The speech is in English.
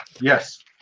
yes